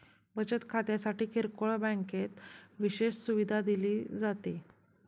बचत खात्यासाठी किरकोळ बँकेत विशेष सुविधा दिली जाते